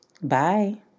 Bye